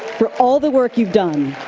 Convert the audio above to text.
for all the work you've done.